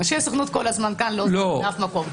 אנשי הסוכנות כל הזמן כאן, לא עוזבים לאף מקום.